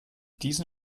diesen